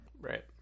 Right